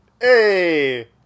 Hey